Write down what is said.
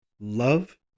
Love